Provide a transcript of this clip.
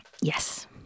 Yes